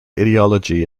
ideology